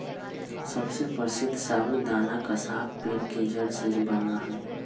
सबसे प्रसीद्ध साबूदाना कसावा पेड़ के जड़ से बना हई